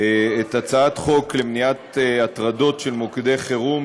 הצעת חוק למניעת הטרדות של מוקדי חירום